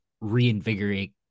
reinvigorate